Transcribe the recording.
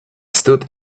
stood